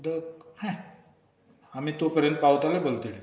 उदक हें आमी तो मेरेन पावतले पलतडीन